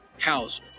House